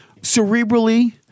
cerebrally